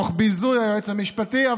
תוך ביזוי היועץ המשפטי.